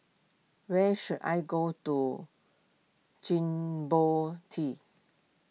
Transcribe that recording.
where should I go to Djibouti